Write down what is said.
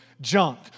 junk